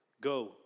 Go